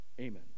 Amen